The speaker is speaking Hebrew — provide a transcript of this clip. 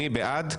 מי בעד?